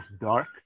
dark